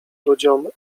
ludziom